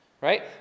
Right